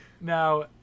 Now